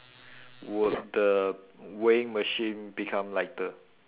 would the weighing machine become lighter